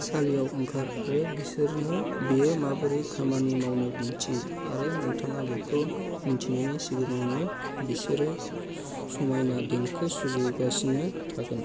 सालियाव ओंखार आरो बिसोरनो बेयो माबोरै खामानि मावनो दिन्थि आरो नोंथाङा बेखौ मिन्थिनायनि सिगाङावनो बिसोरो समायना देंखो सुजुगासिनो थागोन